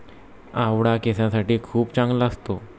आवळा केसांसाठी खूप चांगला असतो